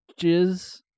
jizz-